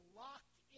locked